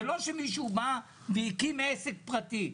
זה לא שמישהו בא והקים עסק פרטי.